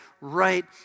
right